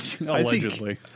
Allegedly